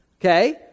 okay